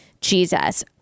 Jesus